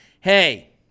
Hey